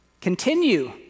Continue